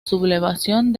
sublevación